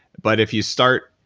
but if you start